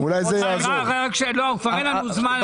כבר אין לנו זמן,